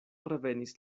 revenis